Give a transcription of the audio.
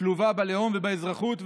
שלובה בלאום ובאזרחות,